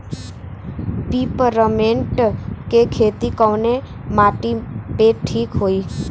Peppermint के खेती कवने माटी पे ठीक होई?